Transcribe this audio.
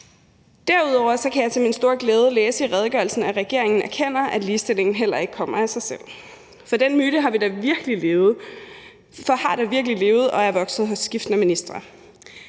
Derudover kan jeg til min store glæde læse i redegørelsen, at regeringen erkender, at ligestillingen heller ikke kommer af sig selv, for den myte har da virkelig levet og er vokset op hos skiftende ministre.